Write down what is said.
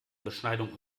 beschneidung